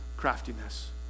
craftiness